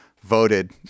voted